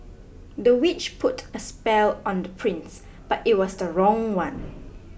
the witch put a spell on the prince but it was the wrong one